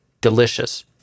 delicious